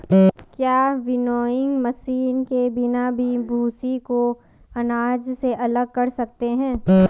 क्या winnowing machine के बिना भी भूसी को अनाज से अलग कर सकते हैं?